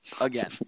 Again